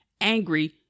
angry